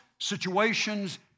situations